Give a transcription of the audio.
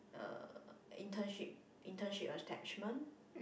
a internship internship attachment